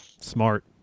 Smart